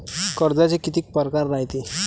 कर्जाचे कितीक परकार रायते?